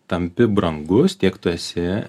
tampi brangus tiek tu esi